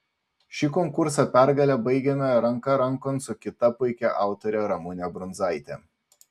šį konkursą pergale baigėme ranka rankon su kita puikia autore ramune brundzaite